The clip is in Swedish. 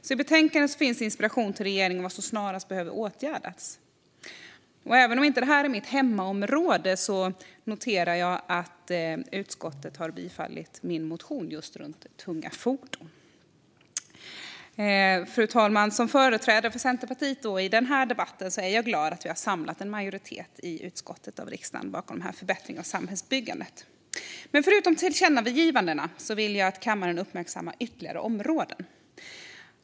I betänkandet finns inspiration till regeringen om vad som snarast behöver åtgärdas. Även om detta inte är mitt hemområde noterar jag att utskottet har bifallit min motion om just tunga fordon. Fru talman! Som företrädare för Centerpartiet i denna debatt är jag glad att vi samlat en majoritet i utskottet och riksdagen bakom dessa förbättringar av samhällsbyggandet. Förutom tillkännagivandena vill jag att kammaren uppmärksammar ytterligare områden.